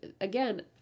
again